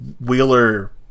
Wheeler